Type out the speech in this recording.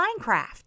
Minecraft